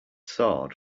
sword